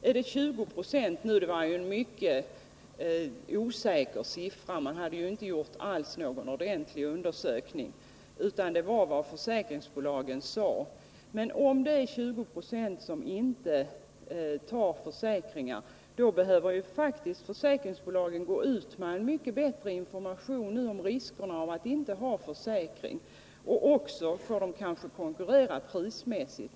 De 20 26 som nämndes var ett mycket osäkert tal. Man hade inte gjort någon ordentlig undersökning, utan det var bara vad försäkringsbolagen sade. Men om det är 20 90 som inte tecknar försäkringar, då behöver faktiskt försäkringsbolagen gå ut med en mycket bättre information om riskerna med att inte teckna försäkringar. Kanske får de också konkurrera prismässigt.